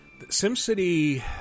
SimCity